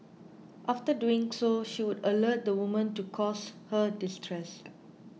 after doing so she would alert the woman to cause her distress